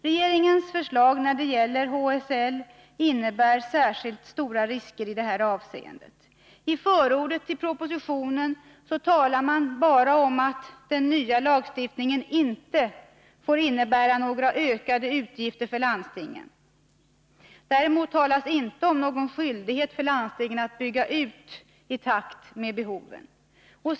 Regeringens förslag när det gäller HSL innebär särskilt stora risker i detta avseende. I förordet till propositionen talar man bara om att den fria lagstiftningen inte får innebära några ökade utgifter för landstingen. Däremot talas inte om någon skyldighet för landstingen att bygga ut i takt med behoven.